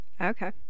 Okay